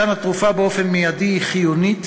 מתן התרופה באופן מיידי הוא חיוני,